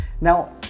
Now